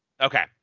Okay